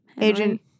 Agent